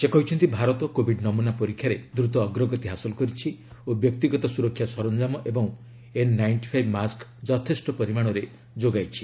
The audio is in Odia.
ସେ କହିଛନ୍ତି ଭାରତ କୋବିଡ୍ ନମ୍ରନା ପରୀକ୍ଷାରେ ଦ୍ରତ ଅଗ୍ରଗତି ହାସଲ କରିଛି ଓ ବ୍ୟକ୍ତିଗତ ସୁରକ୍ଷା ସରଞ୍ଜାମ ଏବଂ ଏନ୍ ନାଇଷ୍ଟିଫାଇଭ୍ ମାସ୍କ ଯଥେଷ୍ଟ ପରିମାଣରେ ଯୋଗାଇଛି